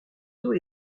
dos